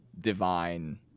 divine